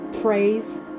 praise